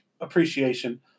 appreciation